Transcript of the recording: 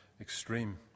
extreme